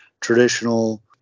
traditional